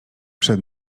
przed